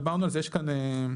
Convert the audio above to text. דיברנו על זה גם קודם.